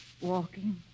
Walking